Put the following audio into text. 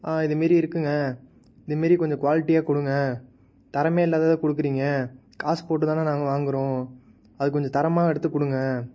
இதுமாரி இருக்குங்க இந்தமாரி கொஞ்சம் குவாலிட்டியாக கொடுங்க தரமே இல்லாததை கொடுக்குறீங்க காசு போட்டுதானே நாங்கள் வாங்குறோம் அது கொஞ்சம் தரமாக எடுத்து கொடுங்க